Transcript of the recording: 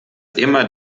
immer